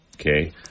Okay